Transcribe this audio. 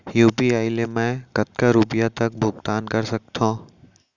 UPI ले मैं कतका रुपिया तक भुगतान कर सकथों